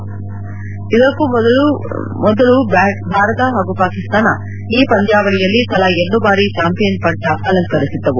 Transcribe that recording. ಇದಕ್ನೂ ಮೊದಲು ಭಾರತ ಹಾಗೂ ಪಾಕಿಸ್ತಾನ ಈ ಪಂದ್ಯಾವಳಿಯಲ್ಲಿ ತಲಾ ಎರಡು ಬಾರಿ ಚಾಂಪಿಯನ್ ಪಟ್ಪ ಅಲಂಕರಿಸಿದ್ದವು